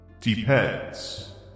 Depends